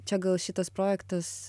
čia gal šitas projektas